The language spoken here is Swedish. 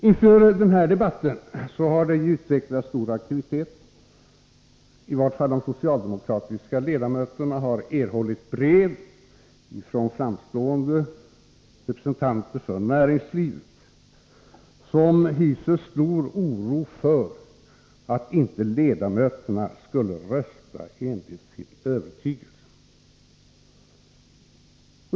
Inför den här debatten har det utvecklats stor aktivitet. I varje fall har de socialdemokratiska ledamöterna erhållit brev från framstående representanter för näringslivet, som hyser stor oro för att ledamöterna inte skulle rösta enligt sin övertygelse.